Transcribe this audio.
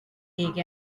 take